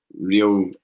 real